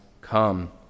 come